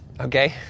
Okay